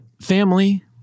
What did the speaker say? family